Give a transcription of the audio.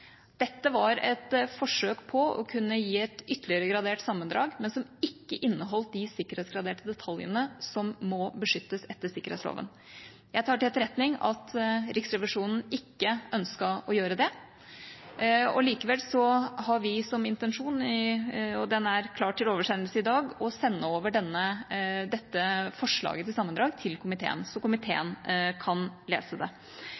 dette skulle være sensur. Dette var et forsøk på å kunne gi et ytterligere gradert sammendrag, men som ikke inneholdt de sikkerhetsgraderte detaljene som må beskyttes etter sikkerhetsloven. Jeg tar til etterretning at Riksrevisjonen ikke ønsket å gjøre det. Likevel har vi som intensjon å sende over – det er klart til oversendelse i dag – dette forslaget til sammendrag til komiteen, så komiteen kan lese det.